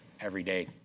everyday